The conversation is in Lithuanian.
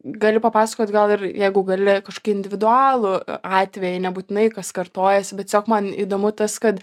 gali papasakot gal ir jeigu gali kažkokį individualų atvejį nebūtinai kas kartojasi bet tiesiog man įdomu tas kad